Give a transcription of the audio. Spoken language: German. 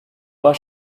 war